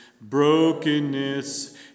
brokenness